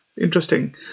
Interesting